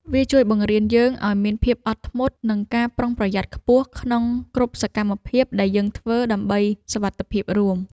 វាជួយបង្រៀនយើងឱ្យមានភាពអត់ធ្មត់ និងការប្រុងប្រយ័ត្នខ្ពស់ក្នុងគ្រប់សកម្មភាពដែលយើងធ្វើដើម្បីសុវត្ថិភាពរួម។